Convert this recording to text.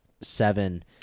seven